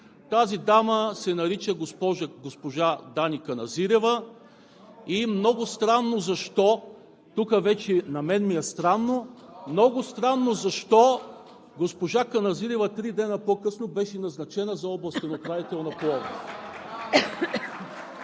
Тази дама се нарича госпожа Дани Каназирева. Много странно защо, тук вече на мен ми е странно, много странно защо госпожа Каназирева три дни по-късно беше назначена за областен управител на Пловдив.